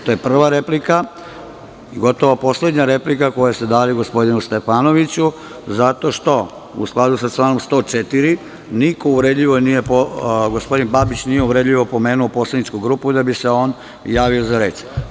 To je prva replika i gotovo poslednja replika koju ste dali gospodinu Stefanoviću zato što u skladu sa članom 104. gospodin Babić nije uvredljivo spomenuo poslaničku grupu da bi se on javio za reč.